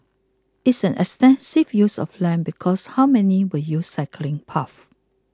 it's an extensive use of land because how many will use cycling paths